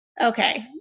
okay